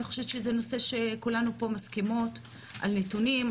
אני חושבת שזה נושא שכולנו פה מסכימות על נתונים,